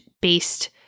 based